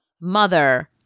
mother